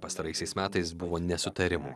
pastaraisiais metais buvo nesutarimų